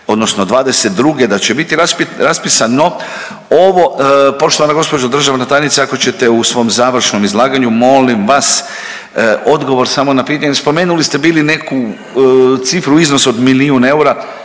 odnosno '22. da će biti raspisano ovo poštovana gospođo državna tajnice ako ćete u svom završnom izlaganju molim vas odgovor samo na pitanje, spomenuli ste bili neku cifru u iznosu od milijun eura,